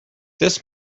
this